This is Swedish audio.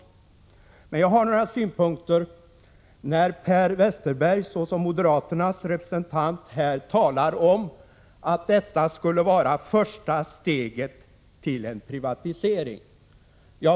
Jag har emellertid några synpunkter på att Per Westerberg som moderaternas representant säger att detta skulle vara första steget till en privatisering.